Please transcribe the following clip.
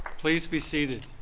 please be seated.